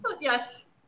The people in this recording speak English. Yes